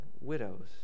widows